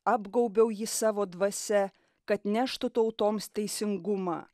apgaubiau jį savo dvasia kad neštų tautoms teisingumą